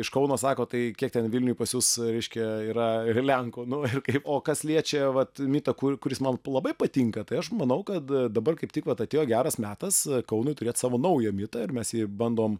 iš kauno sako tai kiek ten vilniuj pas jus reiškia yra ir lenkų nu ir kaip o kas liečia vat mitą kur kuris man labai patinka tai aš manau kad dabar kaip tik vat atėjo geras metas kaunui turėt savo naują mitą ir jį mes bandom